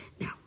Now